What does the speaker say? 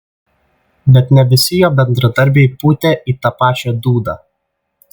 bet ne visi jo bendradarbiai pūtė į tą pačią dūdą